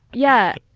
yeah,